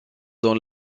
dans